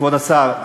כבוד השר,